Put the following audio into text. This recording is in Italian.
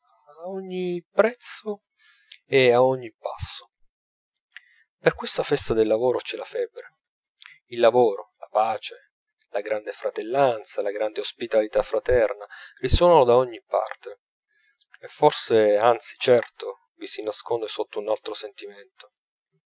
ogni prezzo e a ogni passo per questa festa del lavoro c'è la febbre il lavoro la pace la grande fratellanza la grande ospitalità fraterna risuonano da ogni parte e forse anzi certo vi si nasconde sotto un altro sentimento